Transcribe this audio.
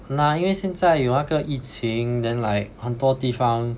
!hanna! 因为现在有那个疫情 then like 很多地方